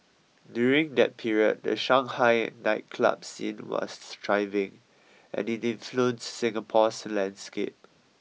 during that period the Shanghai nightclub scene was thriving and it influenced Singapore's landscape